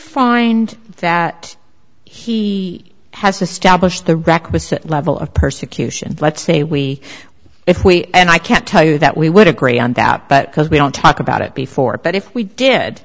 find that he has established the requisite level of persecution let's say we if we and i can't tell you that we would agree on that but because we don't talk about it before but if we did